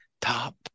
top